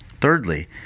Thirdly